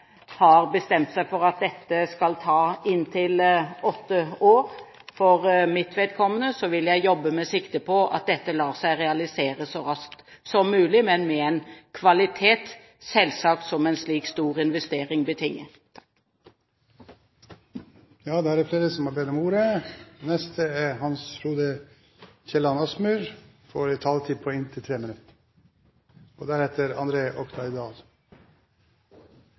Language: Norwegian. har bestemt seg for at dette skal ta inntil åtte år. For mitt vedkommende vil jeg jobbe med sikte på at dette lar seg realisere så raskt som mulig, men selvsagt med den kvaliteten som en så stor investering betinger. Etter dette svaret fra statsråden føler jeg at denne saken fortsatt er